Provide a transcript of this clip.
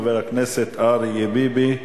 חבר הכנסת אריה ביבי,